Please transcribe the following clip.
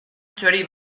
txori